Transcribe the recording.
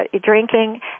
drinking